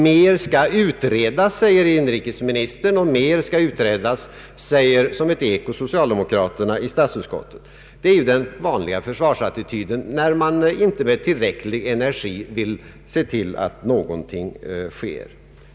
Mera skall utredas, säger inrikesministern, och mera skall utredas säger som ett eko socialdemokraterna i utskottet. Det är den vanliga försvarsattityden när man inte med tillräcklig energi vill se till att någonting sker.